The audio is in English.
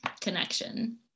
connection